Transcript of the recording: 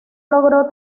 logró